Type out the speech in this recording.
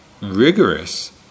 rigorous